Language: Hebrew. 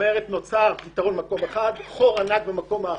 וכך נוצר פיתרון במקום אחד וחור ענק במקום אחר.